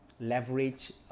Leverage